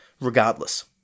Regardless